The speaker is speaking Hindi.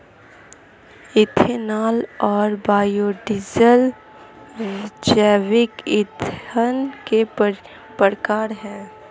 इथेनॉल और बायोडीज़ल जैविक ईंधन के प्रकार है